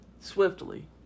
swiftly